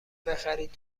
بخرید